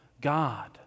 God